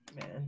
Man